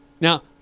Now